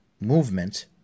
movement